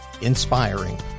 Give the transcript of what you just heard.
Inspiring